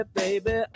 baby